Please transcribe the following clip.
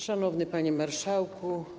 Szanowny Panie Marszałku!